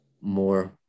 more